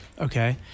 Okay